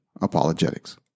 apologetics